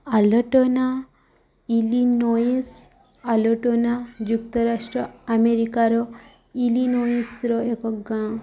Altona Illinois Altona ଯୁକ୍ତରାଷ୍ଟ୍ର ଆମେରିକାର ଇଲିନୋଇସ୍ର ଏକ ଗାଁ